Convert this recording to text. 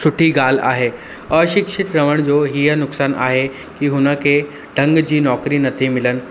सुठी ॻाल्हि आहे अशिक्षित रहण जो हीअ नुक़सानु आहे की हुनखे ढंग जी नौकिरी नथी मिलनि